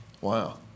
Wow